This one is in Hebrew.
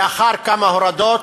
לאחר כמה הורדות,